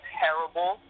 terrible